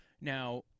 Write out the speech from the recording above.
Now